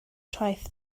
traeth